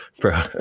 bro